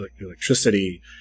electricity